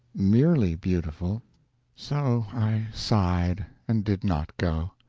merely beautiful so i sighed, and did not go.